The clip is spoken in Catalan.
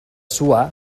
suar